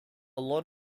lot